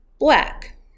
black